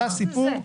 זה הסיפור.